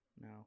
no